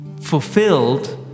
fulfilled